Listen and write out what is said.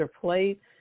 plate